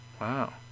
wow